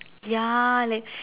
ya like